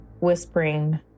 whispering